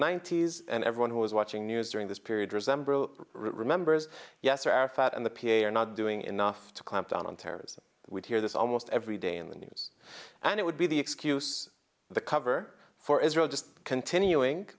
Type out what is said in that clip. ninety's and everyone who is watching news during this period resemble remembers yes or arafat and the p a are not doing enough to clamp down on terrorism we hear this almost every day in the news and it would be the excuse the cover for israel just continuing